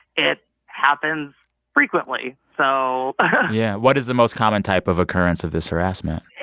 it happens frequently. so yeah. what is the most common type of occurrence of this harassment?